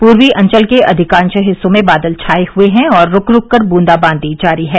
पूर्वी अंचल के अधिकांश हिस्सों में बादल छाए हुए हैं और रूक रूक बूंदाबांदी जारी है